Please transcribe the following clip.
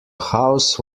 house